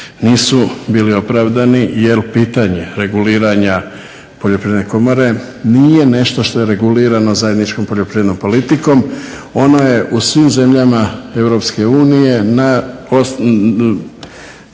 Nisu bili opravdani jer pitanje reguliranja Poljoprivredne komore nije nešto što je regulirano zajedničkom poljoprivrednom politikom. Ono je u svim zemljama EU posloženo